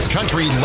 Country